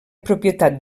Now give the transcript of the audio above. propietat